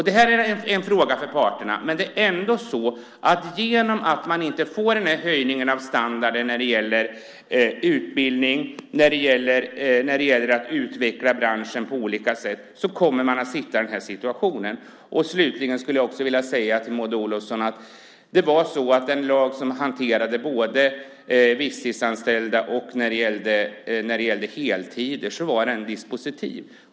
Det här är en fråga för parterna, men det är ändå så att genom att man inte får en höjning av standarden när det gäller utbildning och att utveckla branschen på olika sätt kommer man att sitta i den här situationen. Slutligen skulle jag vilja säga till Maud Olofsson att den lag som hanterade visstidsanställda och heltidsanställda var dispositiv.